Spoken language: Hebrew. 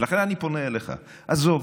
ולכן אני פונה אליך: עזוב,